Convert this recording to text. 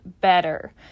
better